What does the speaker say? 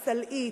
"סלעית",